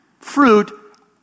fruit